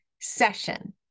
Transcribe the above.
session